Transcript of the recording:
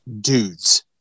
dudes